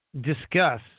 discuss